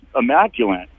immaculate